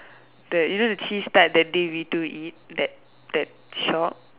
the you know the cheese tart that day we two eat that that shop